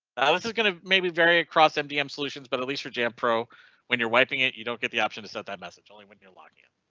this is going to maybe vary across mdm solutions. but at least for jampro when you're wiping it, you don't get the option to set that message only when you're locking. alright.